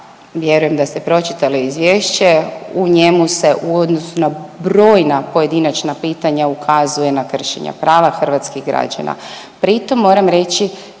vjerujem da ste pročitali izvješće. U njemu se u odnosu na brojna pojedinačna pitanja ukazuje na kršenja prava hrvatskih građana.